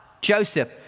Joseph